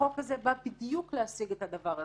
החוק הזה בא בדיוק להשיג את הדבר הזה,